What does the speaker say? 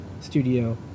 Studio